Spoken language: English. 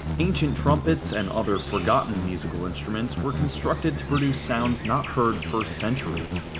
ancient trumpets and other forgotten musical instruments were constructed to produce sounds not heard for centuries.